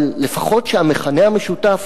אבל לפחות שהמכנה המשותף,